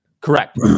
Correct